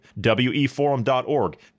weforum.org